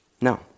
No